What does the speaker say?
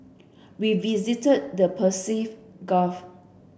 we visited the Persian Gulf